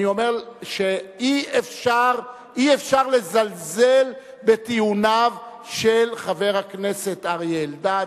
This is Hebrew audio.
אני אומר שאי-אפשר לזלזל בטיעוניו של חבר הכנסת אריה אלדד,